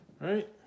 Right